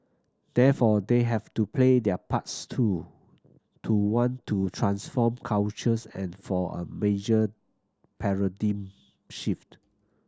therefore they have to play their parts too to want to transform cultures and for a major paradigm shift